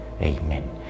Amen